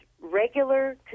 regular